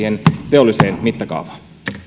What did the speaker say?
teolliseen mittakaavaan